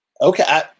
Okay